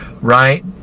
right